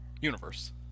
Universe